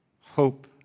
Hope